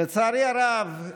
לצערי הרב,